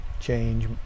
change